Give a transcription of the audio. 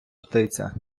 птиця